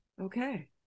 Okay